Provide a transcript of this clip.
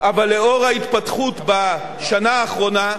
אבל לאור ההתפתחות בשנה האחרונה,